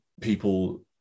People